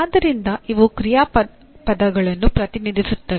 ಆದ್ದರಿಂದ ಇವು ಕ್ರಿಯಾಪದಗಳನ್ನು ಪ್ರತಿನಿಧಿಸುತ್ತವೆ